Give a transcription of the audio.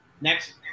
Next